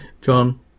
John